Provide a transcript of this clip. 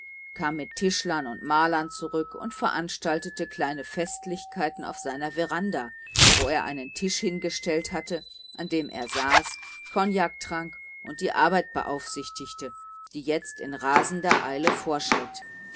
kam mit tischlern und malern zurück und veranstaltete kleine festlichkeiten auf seiner veranda wo er einen tisch hingestellt hatte an dem er saß kognak trank und die arbeit beaufsichtigte die jetzt mit rasender eile vorschritt